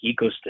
ecosystem